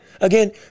again